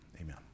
Amen